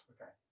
Okay